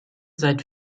seit